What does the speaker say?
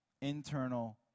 internal